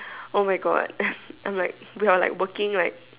oh my God I'm like we are like working like